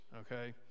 okay